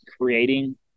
creating